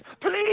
please